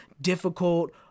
difficult